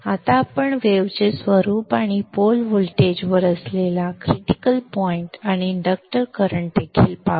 आता आपण वेव्ह चे स्वरूप आणि पोल व्होल्टेजवर असलेला क्रिटिकल बिंदू आणि इंडक्टर करंट देखील पाहू